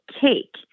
cake